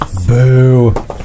Boo